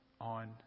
on